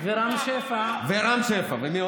ומירב בן ארי.